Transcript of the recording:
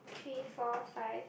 three four five